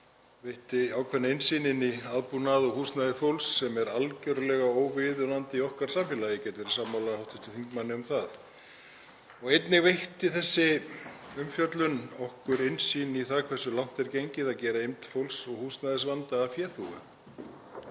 veitti innsýn í aðbúnað og húsnæði fólks sem er algerlega óviðunandi í okkar samfélagi. Ég get verið sammála hv. þingmanni um það. Einnig veitti þessi umfjöllun okkur innsýn í það hversu langt er gengið í að gera eymd fólks og húsnæðisvanda að féþúfu.